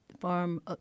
farm